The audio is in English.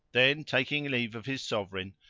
then, taking leave of his sovereign,